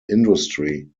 industry